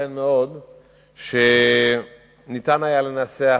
ייתכן מאוד שניתן היה לנסח